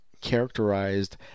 characterized